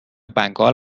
بنگال